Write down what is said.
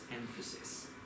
emphasis